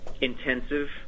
intensive